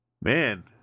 Man